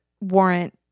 warrant